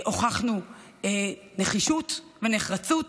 הוכחנו נחישות ונחרצות,